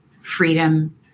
freedom